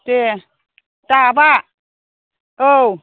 दे दाबा औ